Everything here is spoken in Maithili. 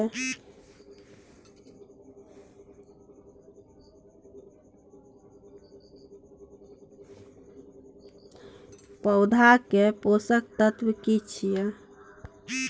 पौधा के पोषक तत्व की छिये?